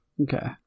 okay